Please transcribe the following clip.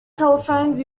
telephones